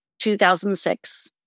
2006